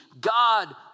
God